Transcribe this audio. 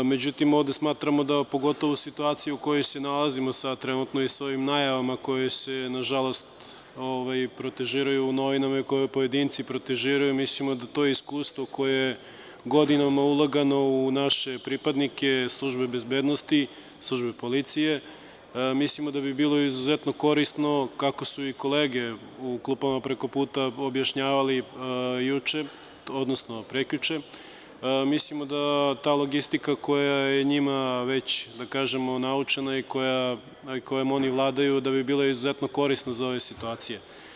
Međutim, ovde smatramo da, pogotovo u situaciji u kojoj se nalazimo sada trenutno i sa ovim najavama koje se, nažalost, protežiraju u novinama i koje pojedinci protežiraju, mislsimo da to iskustvo koje je godinama ulagano u naše pripadnike Službe bezbednosti, Službe policije, mislimo da bi bilo izuzetno korisno, kako su i kolege u klupama preko puta objašnjavale prekjuče, mislimo da ta logistika koja je njima već, da kažemo, naučena i kojom oni vladaju da bi bila izuzetno korisna za ove situacije.